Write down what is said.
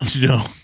No